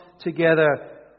together